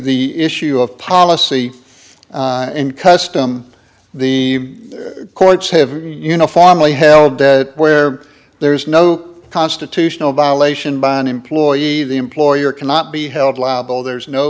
the issue of policy and custom the courts have uniformly held that where there is no constitutional violation by an employee the employer cannot be held liable